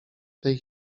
tej